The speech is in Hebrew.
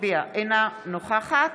אינה נוכחת